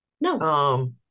No